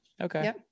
Okay